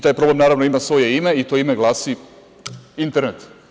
Taj problem naravno ima svoje ime i to ime glasi internet.